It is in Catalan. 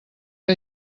que